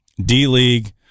D-League